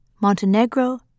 Montenegro